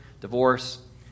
divorce